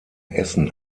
essen